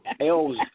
elves